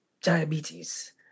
diabetes